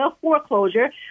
foreclosure